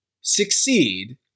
succeed